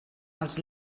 els